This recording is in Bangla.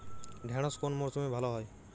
ঢেঁড়শ কোন মরশুমে ভালো হয়?